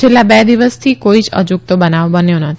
છેલ્લા બે દિવસથી કોઇ જ અજુગતો બનાવ બન્યો નથી